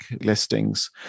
listings